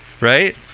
Right